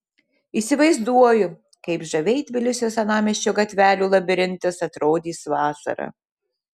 įsivaizduoju kaip žaviai tbilisio senamiesčio gatvelių labirintas atrodys vasarą